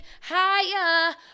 higher